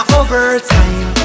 overtime